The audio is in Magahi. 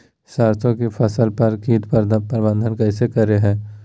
सरसों की फसल पर की प्रबंधन कैसे करें हैय?